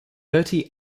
thirty